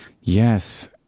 yes